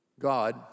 God